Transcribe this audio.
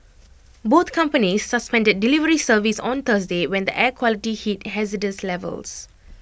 both companies suspended delivery service on Thursday when the air quality hit hazardous levels